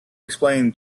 explain